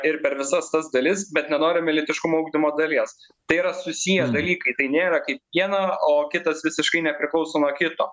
ir per visas tas dalis bet nenorime lytiškumo ugdymo dalies tai yra susiję dalykai tai nėra kaip viena o kitas visiškai nepriklauso nuo kito